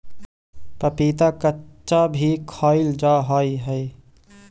पपीता कच्चा भी खाईल जा हाई हई